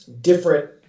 different